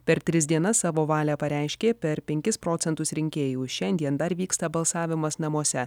per tris dienas savo valią pareiškė per penkis procentus rinkėjų šiandien dar vyksta balsavimas namuose